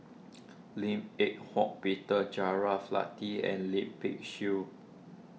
Lim Eng Hock Peter Latiff and Lip Pin Xiu